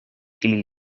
ili